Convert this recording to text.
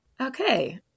okay